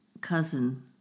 cousin